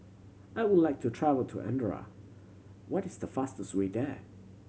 I would like to travel to Andorra what is the fastest way there